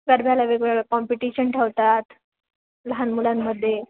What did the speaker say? गरब्याला वेगवेगळ्या कॉम्पिटिशन ठेवतात लहान मुलांमध्ये